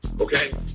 Okay